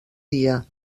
dia